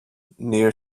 near